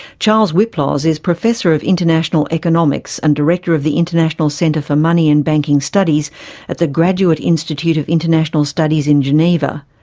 charles wyplosz is is professor of international economics and director of the international centre for money and banking studies at the graduate institute of international studies in geneva.